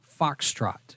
Foxtrot